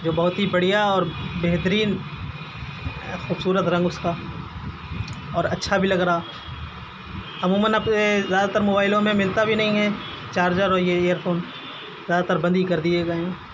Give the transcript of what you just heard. جو بہت ہی بڑھیا اور بہترین خوبصورت رنگ اس کا اور اچھا بھی لگ رہا عموماً زیادہ تر موبائلوں میں ملتا بھی نہیں ہے چارجر اور یہ ایئر فون زیادہ تر بند ہی کر دیے گئے ہیں